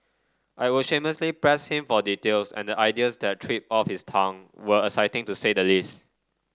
I would shamelessly pressed him for details and the ideas that tripped off his tongue were exciting to say the least